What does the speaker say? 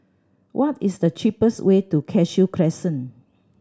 what is the cheapest way to Cashew Crescent